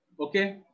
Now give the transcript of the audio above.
Okay